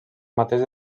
mateix